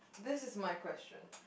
this is my question